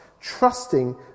trusting